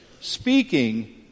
speaking